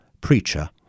preacher